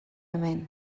hemen